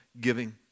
giving